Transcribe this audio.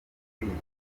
kwitoza